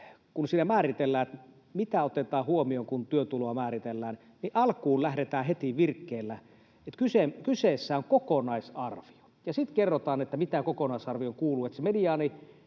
kun siinä määritellään, mitä otetaan huomioon, kun työtuloa määritellään, että alkuun lähdetään heti virkkeellä, että kyseessä on kokonaisarvio, ja sitten kerrotaan mitä kokonaisarvioon kuuluu,